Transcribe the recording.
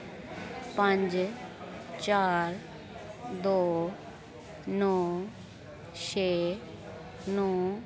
पंज चार दो नौ छे नौ